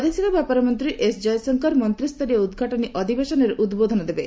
ବୈଦେଶିକ ବ୍ୟାପାର ମନ୍ତ୍ରୀ ଏସ କୟଶଙ୍କର ମନ୍ତ୍ରିସ୍ତରୀୟ ଉଦ୍ଘାଟନୀ ଅଧିବେଶନରେ ଉଦ୍ବୋଧନ ଦେବେ